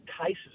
cases